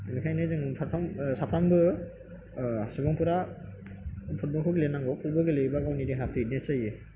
बेनिखायनो जोङो फारफ्रोम साफ्रोमबो सुबुंफोरा फुटबल खौ गेलेनांगौ फुटबल गेलेयोबा गावनि देहाया फिटनेस जायो